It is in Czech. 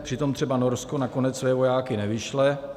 Přitom třeba Norsko nakonec své vojáky nevyšle.